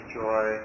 joy